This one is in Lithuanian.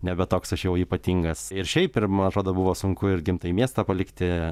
nebe toks aš jau ypatingas ir šiaip ir man atrodo buvo sunku ir gimtąjį miestą palikti